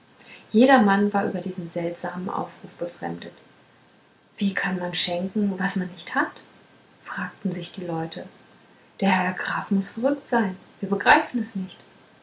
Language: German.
jedermann war über diesen seltsamen aufruf befremdet wie kann man schenken was man nicht hat fragten sich die leute der herr graf muß verrückt sein wir begreifen es nicht